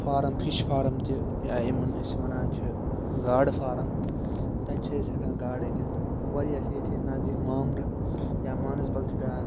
farm fish farm تہِ یا یِمَن أسۍ وَنان چھِ گاڈٕ فارَم تَتہِ چھِ أسۍ ہٮ۪کان گاڈٕ أنِتھ وارِیاہ چھِ ییٚتہِ چھِ أسۍ نَزدیٖک مامرٕ یا مانَسبَل چھُ بیٛاکھ